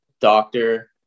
doctor